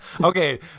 Okay